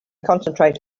concentrate